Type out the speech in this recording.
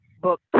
Book